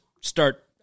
start